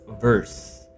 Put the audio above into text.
verse